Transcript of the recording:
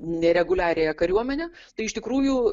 nereguliariąją kariuomenę tai iš tikrųjų